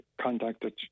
contacted